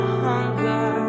hunger